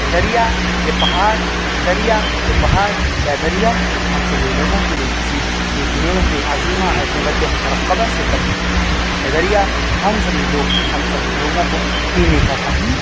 یہ دریا یہ پہاڑ یہ دریا یہ پہاڑ کیا دریا ہم سبھی لوگوں کے لیے کسی یہ ایک نعمت عظیمہ اور نعمت مترقبہ سے کم نہیں ہے یہ دریا ہم سبھی لوگ ہم سبھی لوگوں کو پینے کا پانی